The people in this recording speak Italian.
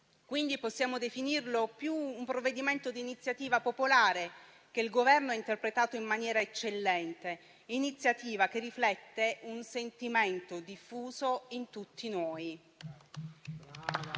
quindi definirlo più un provvedimento di iniziativa popolare, che il Governo ha interpretato in maniera eccellente; iniziativa che riflette un sentimento diffuso in tutti noi.